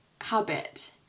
habit